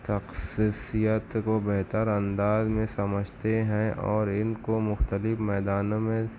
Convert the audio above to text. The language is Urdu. تخصصیت کو بہتر انداز میں سمجھتے ہیں او ان کو مختلف میدانوں میں